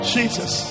Jesus